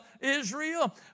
Israel